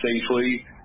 safely